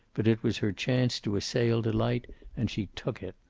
but it was her chance to assail delight and she took it.